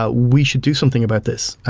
ah we should do something about this.